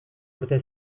urte